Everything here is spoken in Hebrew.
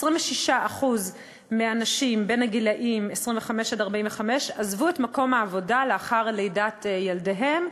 26% מהנשים בגילים 25 45 עזבו את מקום העבודה לאחר לידת ילדיהן,